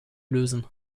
lösen